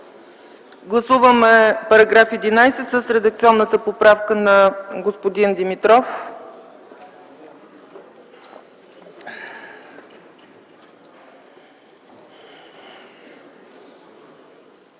гласувайте текста на § 11 с редакционната поправка на господин Димитров.